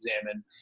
examine